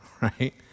right